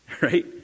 Right